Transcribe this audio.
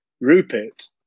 Rupert